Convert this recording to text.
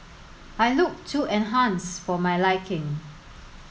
I looked too enhanced for my liking